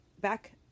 back